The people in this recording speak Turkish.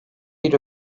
bir